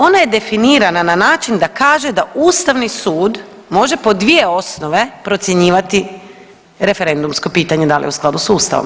Ona je definirana na način da kaže da ustavni sud može po dvije osnove procjenjivati referendumsko pitanje da li je u skladu s ustavom.